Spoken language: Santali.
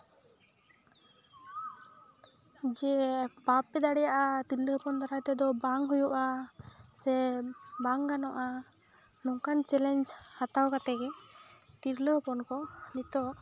ᱡᱮ ᱵᱟᱯᱮ ᱫᱟᱲᱭᱟᱜᱼᱟ ᱛᱤᱨᱞᱟᱹ ᱦᱚᱯᱚᱱ ᱫᱟᱨᱟᱭ ᱛᱮᱫᱚ ᱵᱟᱝ ᱦᱩᱭᱩᱜᱼᱟ ᱥᱮ ᱵᱟᱝ ᱜᱟᱱᱚᱜᱼᱟ ᱱᱚᱝᱠᱟᱱ ᱪᱮᱞᱮᱧᱡᱽ ᱦᱟᱛᱟᱣ ᱠᱟᱛᱮ ᱜᱮ ᱛᱤᱨᱞᱟᱹ ᱦᱚᱯᱚᱱ ᱠᱚ ᱱᱤᱛᱳᱜ